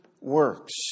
works